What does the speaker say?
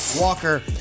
Walker